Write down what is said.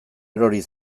erori